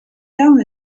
down